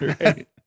right